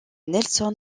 nelson